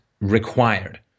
required